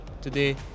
today